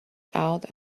out